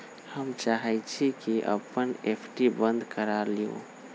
हम चाहई छी कि अपन एफ.डी बंद करा लिउ